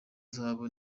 zahabu